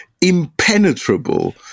impenetrable